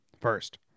First